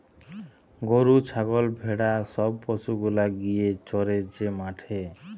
গরু ছাগল ভেড়া সব পশু গুলা গিয়ে চরে যে মাঠে